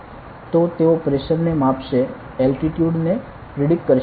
તો તેઓ પ્રેશર ને માપશે અને એલટીટ્યુડ ને પ્રિડિક્ટ કરશે